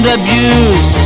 abused